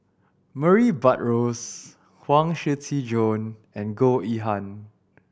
Murray Buttrose Huang Shiqi Joan and Goh Yihan